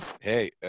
Hey